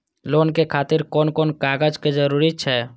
Loan के खातिर कोन कोन कागज के जरूरी छै?